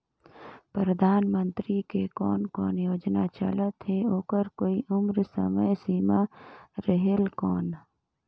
परधानमंतरी के कोन कोन योजना चलत हे ओकर कोई उम्र समय सीमा रेहेल कौन?